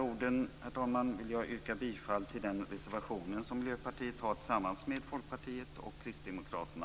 Med dessa ord vill jag yrka bifall till reservation nr 6 som Miljöpartiet har tillsammans med Folkpartiet och Kristdemokraterna.